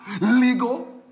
legal